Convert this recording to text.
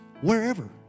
Wherever